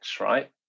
right